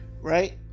Right